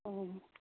ꯑꯣ